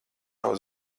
nav